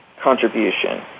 contribution